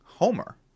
Homer